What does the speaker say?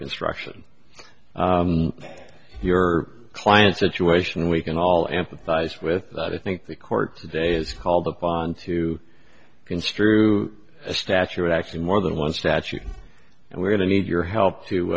construction your client situation we can all empathize with that i think the court today is called upon to construe a statute actually more than one statute and we're going to need your help to